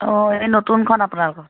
অ' এই নতুনখন আপোনালোকৰ